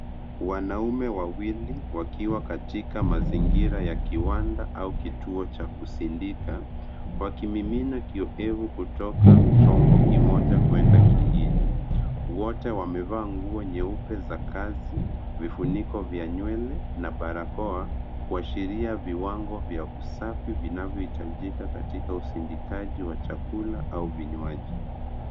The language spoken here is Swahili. Wanaume wawili wakiwa katika mazingira ya kiwanda au kituo cha kusindika, wakimimina kioevu kutoka chombo kimoja kuenda kingine. Wote wamevaa nguo nyeupe za kazi, vifuniko vya nywele na barakoa kuashiria viwango vya usafi vinavyohitajika katika usindikaji wa chakula au vinywaji